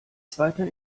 zweiter